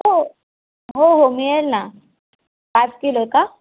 हो हो हो मिळेल ना पाच किलो का